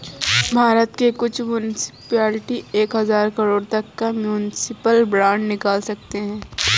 भारत के कुछ मुन्सिपलिटी एक हज़ार करोड़ तक का म्युनिसिपल बांड निकाल सकते हैं